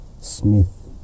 Smith